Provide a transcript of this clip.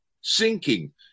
sinking